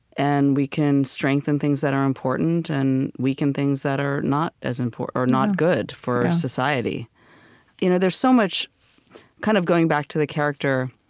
and we can strengthen things that are important, and weaken things that are not as important or not good for society you know there's so much kind of going back to the character,